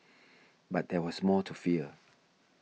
but there was more to fear